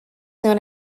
known